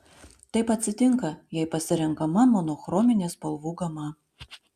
taip atsitinka jei pasirenkama monochrominė spalvų gama